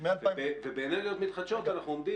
כאשר באנרגיות מתחדשות אנחנו עומדים